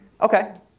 Okay